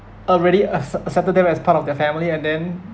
already acce~ accepted them as part of their family and then